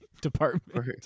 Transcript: department